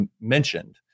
mentioned